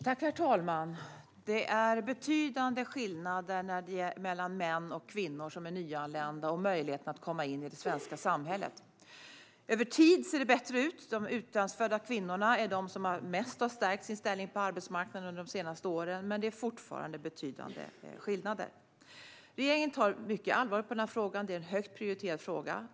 Herr talman! Det är betydande skillnader mellan män som är nyanlända och kvinnor som är nyanlända när det gäller möjligheten att komma in i det svenska samhället. Över tid ser det bättre ut. De utlandsfödda kvinnorna är de som mest har stärkt sin ställning på arbetsmarknaden under de senaste åren, men det är fortfarande betydande skillnader. Regeringen ser mycket allvarligt på denna fråga - det är en högt prioriterad fråga.